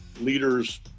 leaders